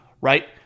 Right